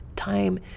time